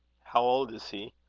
how old is he?